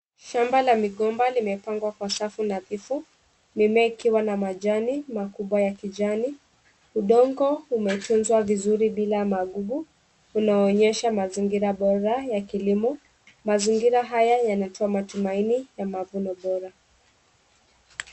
Shamba la migomba limepangwa kwa safu nadhifu, mimea ikiwa na majani makubwa ya kijani. Udongo umetunza vizuri bila magugu, unaonyesha mazingira bora ya kilimo. Mazingira haya yanatoa matumaini ya mavuno bora.